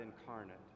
incarnate